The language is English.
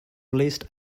released